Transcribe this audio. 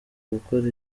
gukora